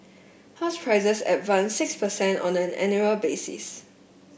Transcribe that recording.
house prices advanced six percent on an annual basis